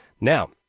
Now